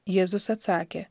jėzus atsakė